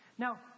Now